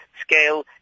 scale